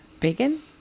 bacon